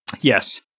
Yes